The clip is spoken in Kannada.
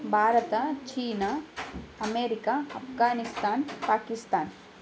Bharat China America Afghanistan Pakistan